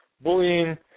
bullying